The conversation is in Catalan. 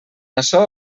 açò